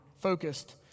focused